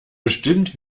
bestimmt